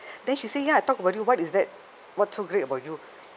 then she say ya I talk about you what is that what's so great about you